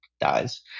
dies